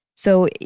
so,